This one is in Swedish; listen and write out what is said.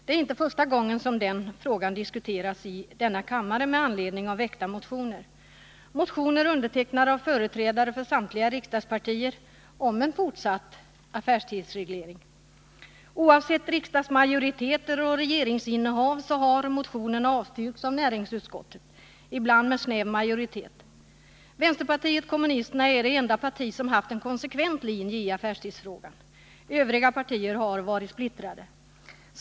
Det är inte första gången som den frågan diskuteras i denna kammare med anledning av väckta motioner — undertecknade av företrädare för samtliga riksdagspartier — om fortsatt affärstidsreglering. Oavsett riksdagsmajoriteter och regeringsinnehav har motionerna avstyrkts av näringsutskottet, ibland med snäv majoritet. Vänsterpartiet kommunisterna är det enda parti som haft en konsekvent linje i affärstidsfrågan. Övriga partier har varit splittrade.